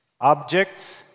objects